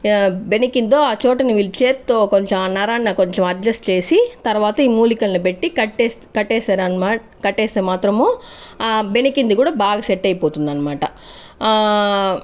బెణికిందో ఆ చోటుని వీళ్ళు చేత్తో కొంచం ఆ నరాన్ని కొంచెం అడ్జస్ట్ చేసి తర్వాత ఈ మూలికల్ని బెట్టి కట్టేస్ కట్టేశారన కట్టేస్తే మాత్రము బెణికింది కూడా బాగా సెట్ అయిపోతుందన్మాట